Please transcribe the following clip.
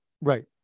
Right